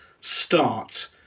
start